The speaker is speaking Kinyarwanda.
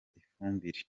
ifumbire